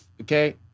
okay